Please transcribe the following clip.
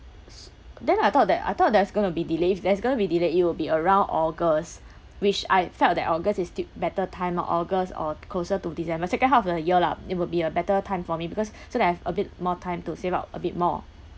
s~ then I thought that I thought there's going to be delay if there's going to be delay it will be around august which I felt that august is still better time ah august or closer to december second half of the year lah it would be a better time for me because so that I have a bit more time to save up a bit more